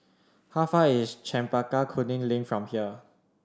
how far is Chempaka Kuning Link from here